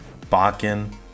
Bakken